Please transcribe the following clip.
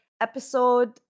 episode